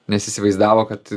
nes įsivaizdavo kad